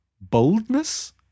boldness